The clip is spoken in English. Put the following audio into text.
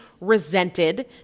resented